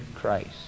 Christ